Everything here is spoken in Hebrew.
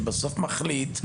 שבסוף מחליט.